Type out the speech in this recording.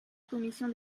commission